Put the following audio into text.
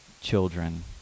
children